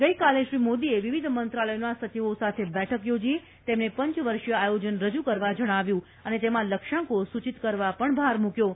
ગઇકાલે શ્રી મોદીએ વિવિધ મંત્રાલયોના સચિવો સાથે બેઠક યોજી તેમને પંચવર્ષીય આયોજન રજૂ કરવા જણાવ્યું અને તેમાં લક્ષ્યાંકો સુચિત કરવા પર ભાર મૂક્યો છે